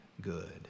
good